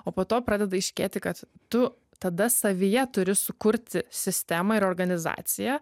o po to pradeda aiškėti kad tu tada savyje turi sukurti sistemą ir organizaciją